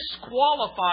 disqualify